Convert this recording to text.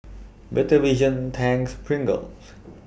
Better Vision Tangs and Pringles